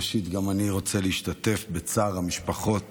ראשית, גם אני רוצה להשתתף בצער משפחות